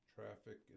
Traffic